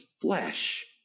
flesh